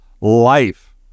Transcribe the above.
life